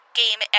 game